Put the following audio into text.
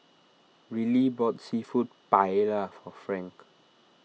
Rillie bought Seafood Paella for Frank